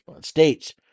states